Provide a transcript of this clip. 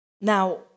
Now